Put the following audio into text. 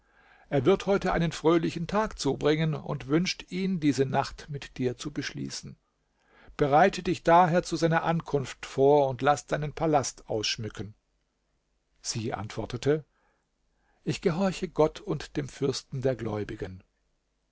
er wird heute einen fröhlichen tag zubringen und wünscht ihn diese nacht mit dir zu beschließen bereite dich daher zu seiner ankunft vor und laß deinen palast ausschmücken sie antwortete ich gehorche gott und dem fürsten der gläubigen